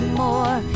more